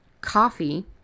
coffee